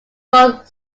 both